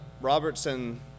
Robertson